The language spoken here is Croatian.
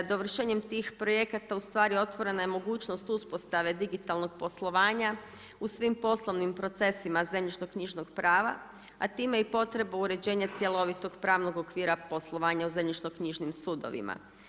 Dovršenjem tih projekta otvorna je mogućnost uspostave digitalnog poslovanja u svim poslovnim procesima zemljišno-knjižnog prava, a time i potrebu uređenja cjelovitog pravnog okvira poslovanja u zemljišno-knjižnim sudovima.